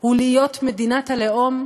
הוא להיות מדינת הלאום,